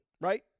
right